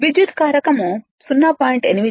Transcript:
విద్యుత్ కారకం 0